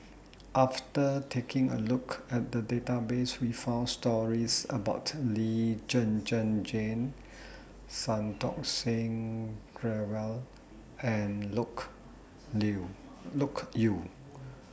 after taking A Look At The Database We found stories about Lee Zhen Zhen Jane Santokh Singh Grewal and Loke Yew